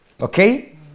okay